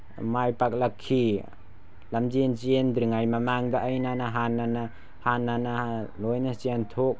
ꯃꯥꯏ ꯄꯥꯛꯂꯛꯈꯤ ꯂꯝꯖꯦꯜ ꯆꯦꯟꯗ꯭ꯔꯤꯉꯩꯒꯤ ꯃꯃꯥꯡꯗ ꯑꯩꯅꯅ ꯍꯥꯟꯅꯅ ꯍꯥꯟꯅꯅ ꯂꯣꯏꯅ ꯆꯦꯟꯊꯣꯛ